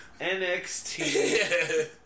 NXT